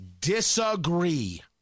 disagree